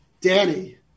Danny